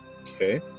Okay